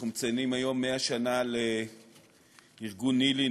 אנחנו מציינים היום 100 שנה לארגון ניל"י,